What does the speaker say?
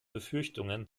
befürchtungen